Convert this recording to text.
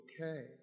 okay